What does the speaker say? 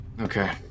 okay